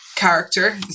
character